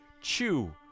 chew